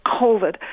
COVID